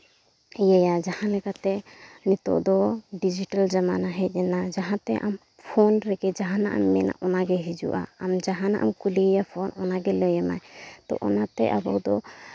ᱤᱭᱟᱭᱟ ᱡᱟᱦᱟᱸ ᱞᱮᱠᱟᱛᱮ ᱱᱤᱛᱚᱜ ᱫᱚ ᱰᱤᱡᱤᱴᱟᱞ ᱡᱟᱢᱟᱱᱟ ᱦᱮᱡ ᱮᱱᱟ ᱡᱟᱦᱟᱸ ᱛᱮ ᱟᱢ ᱯᱷᱳᱱ ᱨᱮᱜᱮ ᱡᱟᱦᱟᱱᱟᱜ ᱮᱢ ᱢᱮᱱᱟ ᱚᱱᱟ ᱜᱮ ᱦᱤᱡᱩᱜᱼᱟ ᱟᱢ ᱡᱟᱦᱟᱱᱜ ᱮᱢ ᱠᱩᱞᱤᱭᱟ ᱯᱷᱳᱱ ᱚᱱᱟ ᱜᱮ ᱞᱟᱹᱭ ᱟᱢᱟᱭ ᱛᱚ ᱚᱱᱟᱛᱮ ᱟᱵᱚ ᱫᱚ